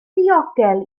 ddiogel